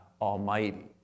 Almighty